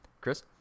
Chris